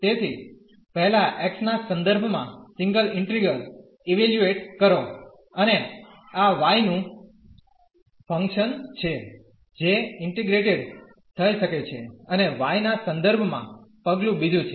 તેથી પહેલા x ના સંદર્ભમાં સિંગલ ઇન્ટીગ્રલ ઇવેલ્યુએટ કરો અને આ y નું ફંક્શન છે જે ઇન્ટીગ્રેટેડ થઈ શકે છે અને y ના સંદર્ભમાં પગલું બીજું છે